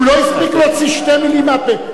הוא לא הספיק להוציא שתי מלים מהפה.